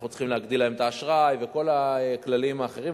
אנחנו צריכים להגדיל להם את האשראי וכל הכללים האחרים,